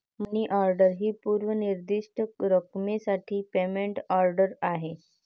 मनी order ही पूर्व निर्दिष्ट रकमेसाठी पेमेंट ऑर्डर आहे